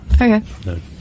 Okay